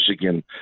Michigan